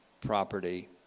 property